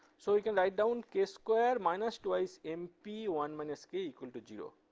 so you can write down k square minus twice mp one minus k equal to zero.